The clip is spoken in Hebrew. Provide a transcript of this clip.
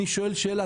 אני שואל שאלה,